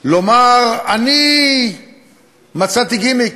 לומר: אני מצאתי גימיק,